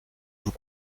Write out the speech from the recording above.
vous